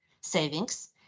savings